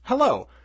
Hello